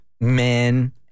men